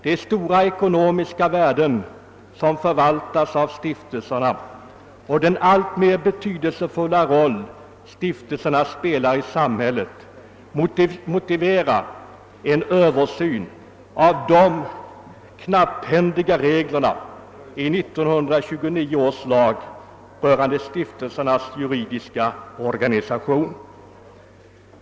De stora ekonomiska värden som förvaltas av stiftelserna och den alltmer betydelsefulla roll stiftelserna spelar i samhället motiverar en översyn av de knapphändiga reglerna i 1929 års lag rörande stiftelsernas juridiska organisation.